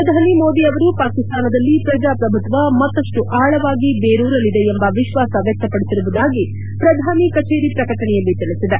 ಪ್ರಧಾನಿ ಮೋದಿ ಅವರು ಪಾಕಿಸ್ತಾನದಲ್ಲಿ ಪ್ರಜಾಪ್ರಭುತ್ವ ಮತ್ತಷ್ಟು ಆಳವಾಗಿ ಬೇರೂರಲಿದೆ ಎಂಬ ವಿಶ್ವಾಸ ವ್ಯಕ್ತಪಡಿಸಿರುವುದಾಗಿ ಪ್ರಧಾನಿ ಕಚೇರಿ ಪ್ರಕಟಣೆಯಲ್ಲಿ ತಿಳಿಸಿದೆ